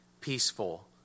peaceful